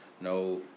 no